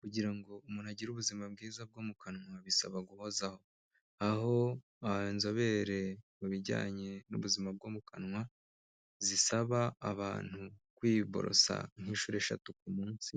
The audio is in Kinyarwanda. Kugira ngo umuntu agire ubuzima bwiza bwo mu kanwa bisaba guhozaho, aho inzobere mu bijyanye n'ubuzima bwo mu kanwa, zisaba abantu kwiborosa nk'inshuro eshatu ku munsi